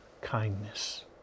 kindness